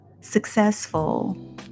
successful